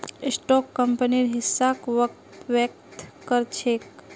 stock कंपनीर हिस्साक व्यक्त कर छेक